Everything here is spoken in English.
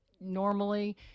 normally